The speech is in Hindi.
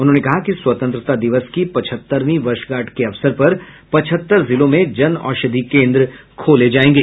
उन्होंने कहा कि स्वतंत्रता दिवस की पचहत्तरवीं वर्षगांठ के अवसर पर पचहत्तर जिलों में जन औषधि केन्द्र खोले जाएंगे